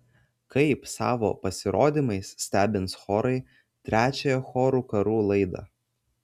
kaip savo pasirodymais stebins chorai trečiąją chorų karų laidą